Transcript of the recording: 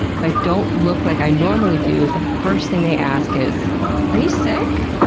if i don't look like i normally do, the first thing they ask is are you sick?